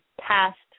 past